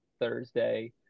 Thursday